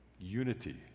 unity